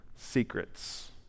Secrets